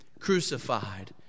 Crucified